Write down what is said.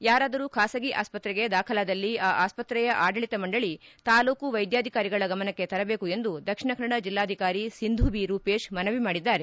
ಯಾರಾದರೂ ಖಾಸಗಿ ಆಸ್ಪತ್ರೆಗೆ ದಾಖಲಾದಲ್ಲಿ ಆ ಆಸ್ಪತ್ರೆಯ ಆಡಳತ ಮಂಡಳಿ ತಾಲೂಕು ವೈದ್ಯಾಧಿಕಾರಿಗಳ ಗಮನಕ್ಕೆ ತರಬೇಕು ಎಂದು ದಕ್ಷಿಣ ಕನ್ನಡ ಜಿಲ್ಲಾಧಿಕಾರಿ ಸಿಂಧು ಬಿ ರೂಪೇಶ್ ಮನವಿ ಮಾಡಿದ್ದಾರೆ